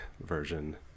version